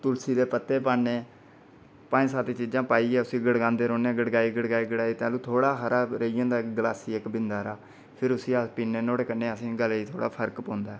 तुलसी दे पत्ते पान्ने पंज्ज सत्त चीजां पाइयै इस्सी गड़कांदे रौह्न्ने गड़काई गड़काई तैलूं थोह्ड़ा हारा रेही जंदा गलासी इक बिंद हारा फ्ही उस्सी अस प्हीन्ने न्होआड़े कन्नै गलै गी असेंगी फर्क पौंदा ऐ